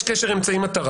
יש קשר אמצעי-מטרה,